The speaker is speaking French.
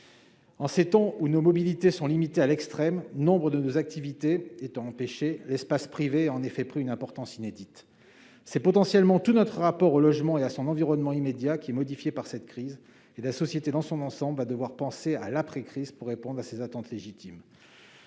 En ces temps où nos mobilités sont limitées à l'extrême et nombre de nos activités empêchées, l'espace privé a en effet pris une importance inédite. C'est potentiellement tout notre rapport au logement et à son environnement immédiat qui aura été modifié par cette crise. La société dans son ensemble va devoir penser à l'après-crise pour répondre à ces attentes légitimes.